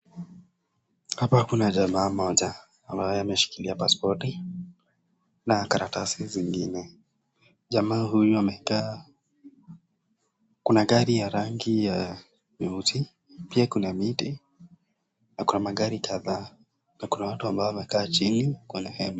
Hapa kuna jamaa mmoja ambaye ameshikilia pasipoti na karatasi zingine. Jamaa huyu amekaa, Kuna gari ya rangi ya nyeusi pia kuna miti na kuna magari kadhaa na kuna watu ambao wamekaa chini kwenye hema.